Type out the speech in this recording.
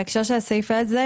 בהקשר של הסעיף הזה,